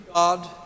God